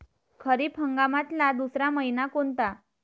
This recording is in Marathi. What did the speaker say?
खरीप हंगामातला दुसरा मइना कोनता?